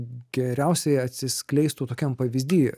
geriausiai atsiskleistų tokiam pavyzdy